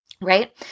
Right